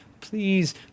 please